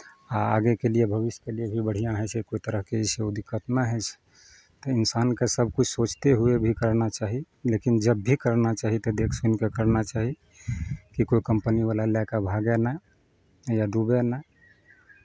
आ आगेके लिए भविष्यके लिए भी बढ़िआँ होइ छै कोइ तरहके जे छै ओ दिक्कत नहि होइ छै तऽ इनसानके सभकिछु सोचते हुए भी करना चाही लेकिन जब भी करना चाही तऽ देख सुनि कऽ करना चाही कि कोइ कंपनीवला लए कऽ भागय नहि या डूबय नहि